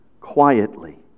quietly